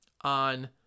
on